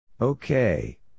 Okay